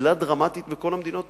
גדלה דרמטית בכל המדינות המתקדמות.